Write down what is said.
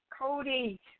Cody